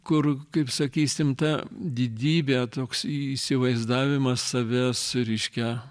kur kaip sakysim ta didybė toks įsivaizdavimas savęs reiškia